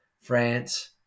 France